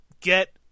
get